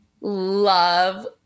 love